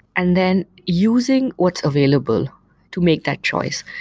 and then using what's available to make that choice.